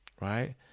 right